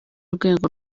rwego